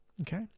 okay